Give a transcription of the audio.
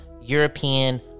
European